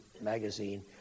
magazine